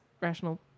rational